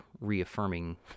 reaffirming